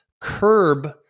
curb